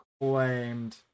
claimed